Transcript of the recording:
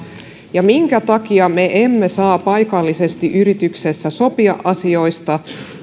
minkä takia me emme saa paikallisesti yrityksessä sopia asioista